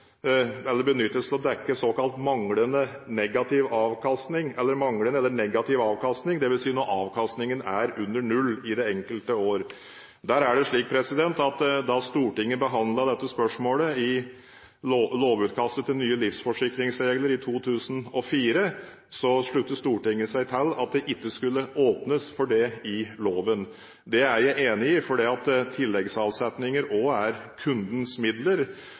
eller negativ avkastning, dvs. når avkastningen er under null i det enkelte år. Det er slik at da Stortinget behandlet dette spørsmålet i lovutkastet til nye livsforsikringsregler i 2004, sluttet Stortinget seg til at det ikke skulle åpnes for det i loven. Det er jeg enig i, fordi tilleggsavsetninger også er kundens midler,